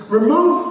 Remove